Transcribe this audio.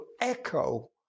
echo